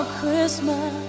Christmas